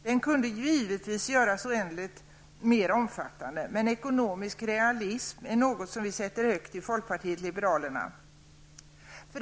Den kunde givetvis göras oändligt mer omfattande, men ekonomisk realism är något som vi sätter högt i folkpartiet liberalerna.